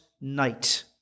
night